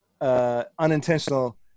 Unintentional